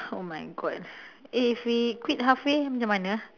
oh my god eh if we quit halfway macam mana